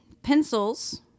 Pencils